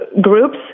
groups